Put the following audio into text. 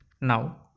Now